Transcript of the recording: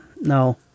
no